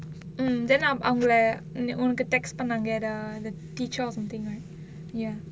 mm then நா அவங்கள ஒனக்கு:naa avangala onakku text பண்ண முடியாதா:panna mudiyaathaa the teacher or something ya